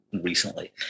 recently